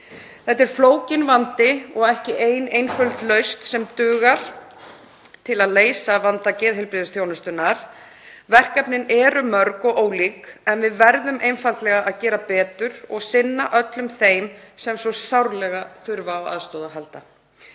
Þetta er flókinn vandi og ekki ein einföld lausn sem dugar til að leysa vanda geðheilbrigðisþjónustunnar. Verkefnin eru mörg og ólík en við verðum einfaldlega að gera betur og sinna öllum þeim sem svo sárlega þurfa á aðstoð að halda.